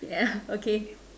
yeah okay